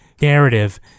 narrative